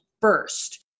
first